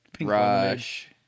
Rush